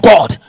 God